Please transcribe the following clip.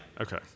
Okay